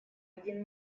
один